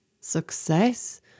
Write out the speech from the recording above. Success